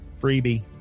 freebie